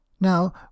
Now